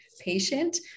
patient